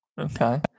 Okay